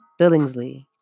Billingsley